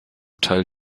teil